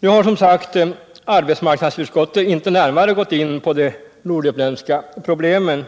Nu har som sagt arbetsmarknadsutskottet inte närmare gått in på de norduppländska problemen.